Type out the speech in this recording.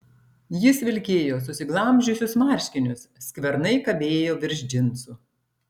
jis vilkėjo susiglamžiusius marškinius skvernai kabėjo virš džinsų